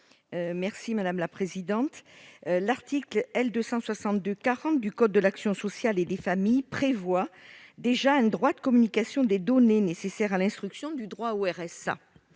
l'amendement n° 709. L'article L. 262-40 du code de l'action sociale et des familles prévoit déjà un droit de communication des données nécessaires à l'instruction d'une demande de RSA,